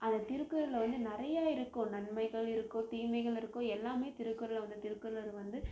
அந்த திருக்குறளில் வந்து நிறைய இருக்கும் நன்மைகள் இருக்கும் தீமைகள் இருக்கும் எல்லாமே திருக்குறளில் வந்து திருக்குறளில் வந்து